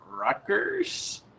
Rutgers